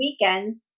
weekends